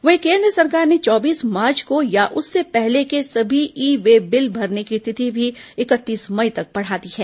वहीं केन्द्र सरकार ने चौबीस मार्च को या उससे पहले के सभी ई वे बिल भरने की तिथि भी इकतीस मई तक बढा दी है